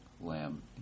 lamb